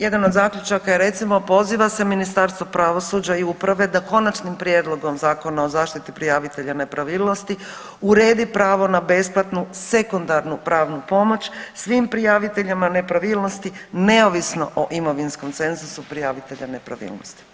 Jedan od zaključaka je recimo poziva se Ministarstvo pravosuđa i uprave da Konačnim prijedlogom zakona o zaštiti prijavitelja nepravilnosti uredi pravo na besplatnu sekundarnu pravnu pomoć svim prijaviteljima nepravilnosti neovisno o imovinskom cenzusu prijavitelja nepravilnosti.